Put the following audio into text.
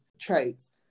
traits